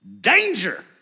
danger